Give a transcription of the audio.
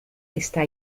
está